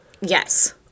Yes